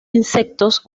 insectos